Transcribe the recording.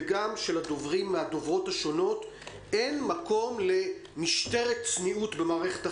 וגם של הדוברים והדוברות השונים: אין מקום למשטרת צניעות במערכת החינוך,